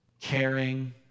caring